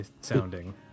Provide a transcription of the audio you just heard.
sounding